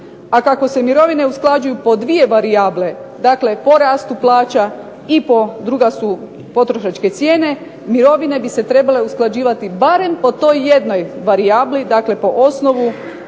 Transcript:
a kako se mirovine usklađuju po dvije varijable, dakle po rastu plaća i po, druga su potrošačke cijene, mirovine bi se trebale usklađivati barem po toj jednoj varijabli, dakle po osnovu